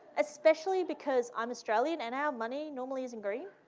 especially because i'm australian and our money normally isn't green.